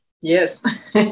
Yes